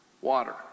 water